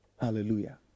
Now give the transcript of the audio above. Hallelujah